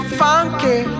funky